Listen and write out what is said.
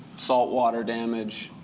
salt water damage,